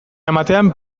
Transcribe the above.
ematean